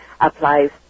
applies